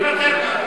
אני מוותר.